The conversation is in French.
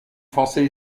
français